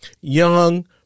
young